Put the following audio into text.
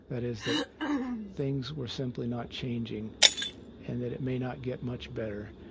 that is, that things were simply not changing and that it may not get much better.